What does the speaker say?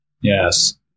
Yes